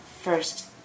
first